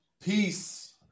peace